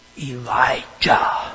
Elijah